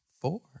four